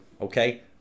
Okay